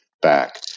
back